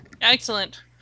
excellent